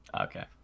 Okay